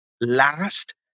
last